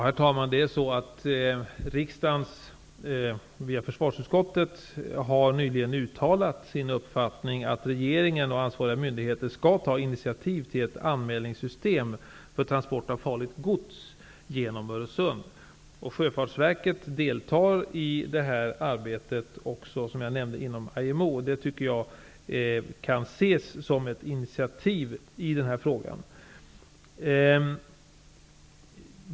Herr talman! Riksdagen har genom försvarsutskottet nyligen uttalat sin uppfattning att regeringen och ansvariga myndigheter skall ta ett initiativ till ett anmälningssystem för transport av farligt gods genom Öresund. Som jag nämnde deltar Sjöfartsverket också i detta arbete genom IMO, vilket jag tycker kan ses som ett initiativ i denna fråga.